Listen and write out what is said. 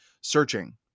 searching